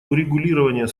урегулирования